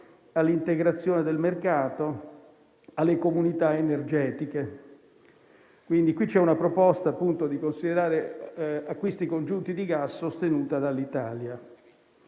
all'integrazione del mercato e alle comunità energetiche. È quindi stata avanzata la proposta di considerare acquisti congiunti di gas sostenuta dall'Italia.